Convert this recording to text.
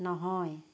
নহয়